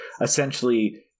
essentially